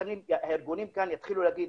הארגונים כאן יתחילו להגיד,